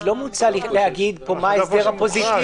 אז לא מוצע להגיד פה מה ההסדר הפוזיטיבי.